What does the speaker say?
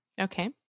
Okay